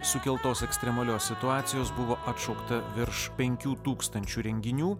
sukeltos ekstremalios situacijos buvo atšaukta virš penkių tūkstančių renginių